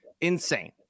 insane